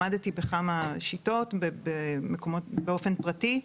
למדתי בכמה שיטות באופן פרטי,